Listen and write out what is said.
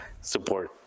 support